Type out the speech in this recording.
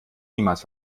niemals